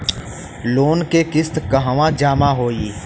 Loan के किस्त कहवा जामा होयी?